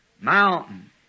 mountain